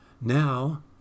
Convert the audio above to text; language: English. Now